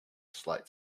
slight